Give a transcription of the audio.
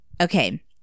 Okay